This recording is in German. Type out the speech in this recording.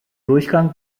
durchgang